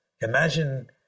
Imagine